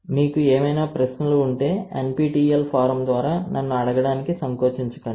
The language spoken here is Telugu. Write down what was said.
మీకు ఏవైనా ప్రశ్నలు ఉంటే NPTEL ఫోరమ్ ద్వారా నన్ను అడగడానికి సంకోచించకండి